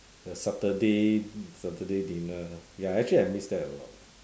the saturday saturday dinner lah ya actually I miss that a lot lah